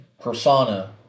persona